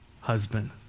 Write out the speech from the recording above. husband